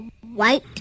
white